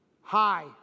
Hi